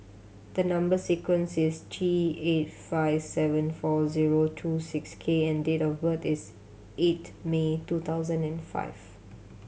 the number sequence is T eight five seven four zero two six K and date of birth is eight May two thousand and five